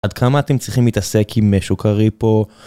עד כמה אתם צריכים להתעסק עם שוק הריפו?